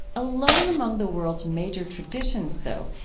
alone among the world's major traditions, though,